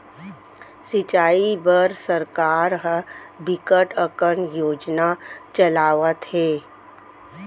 सिंचई बर सरकार ह बिकट अकन योजना चलावत हे